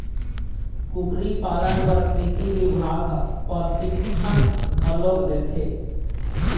कुकरी पालन बर कृषि बिभाग ह परसिक्छन घलोक देथे